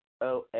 OA